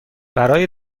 برای